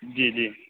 جی جی